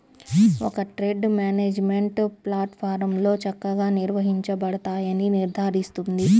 ఒక trade management ప్లాట్ఫారమ్లో చక్కగా నిర్వహించబడతాయని నిర్ధారిస్తుంది